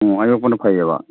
ꯑꯣ ꯑꯌꯣꯛꯄꯅ ꯐꯩꯑꯕ